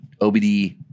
OBD